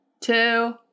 two